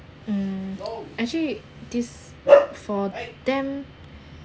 um actually this for them